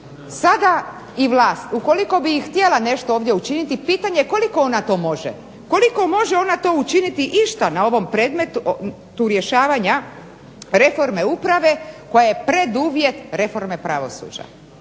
Sada i vlast ukoliko bi i htjela nešto ovdje učiniti pitanje je koliko ona to može, koliko može ona to učiniti išta na ovom predmetu rješavanja reforme uprave koja je preduvjet reforme pravosuđa